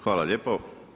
Hvala lijepo.